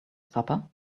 supper